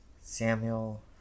Samuel